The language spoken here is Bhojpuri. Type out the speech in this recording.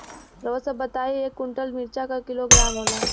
रउआ सभ बताई एक कुन्टल मिर्चा क किलोग्राम होला?